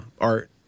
art